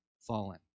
fallen